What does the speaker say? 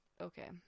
okay